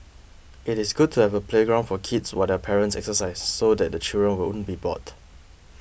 it is good to have a playground for kids what their parents exercise so that children won't be bored